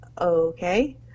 okay